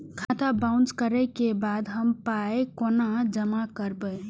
खाता बाउंस करै के बाद हम पाय कोना जमा करबै?